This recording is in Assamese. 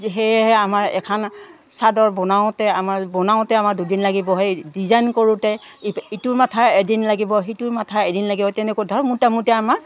সেয়েহে আমাৰ এখন চাদৰ বনাওঁতে আমাৰ বনাওঁতে আমাৰ দুদিন লাগিব সেই ডিজাইন কৰোঁতে ই ইটোৰ মাথা এদিন লাগিব সিটোৰ মাথা এদিন লাগিব তেনেকুৱা ধৰক মোটামুটি আমাৰ